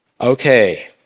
Okay